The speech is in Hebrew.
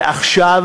ועכשיו,